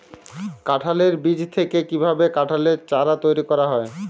কাঁঠালের বীজ থেকে কীভাবে কাঁঠালের চারা তৈরি করা হয়?